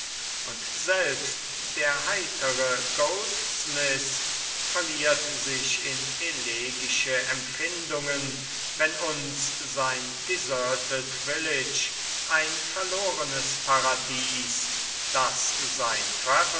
und selbst der heitere goldsmith verliert sich in elegische empfindungen wenn uns sein deserted village ein verlorenes paradies das sein